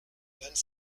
vingt